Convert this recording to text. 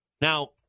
Now